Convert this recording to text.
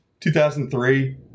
2003